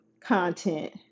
content